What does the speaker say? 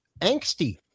angsty